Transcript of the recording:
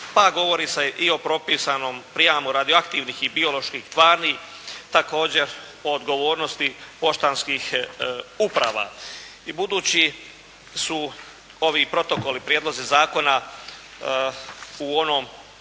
pa govori se i o propisanom prijamu radioaktivnih i bioloških tvari, također o odgovornosti poštanskih uprava. I budući su ovi protokoli prijedlozi zakona u onom